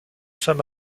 saint